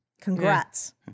Congrats